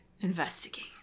investigate